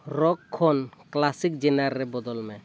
rock ᱠᱷᱚᱱ classic genre ᱨᱮ ᱵᱚᱫᱚᱞ ᱢᱮ